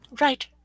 Right